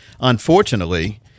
unfortunately-